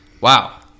wow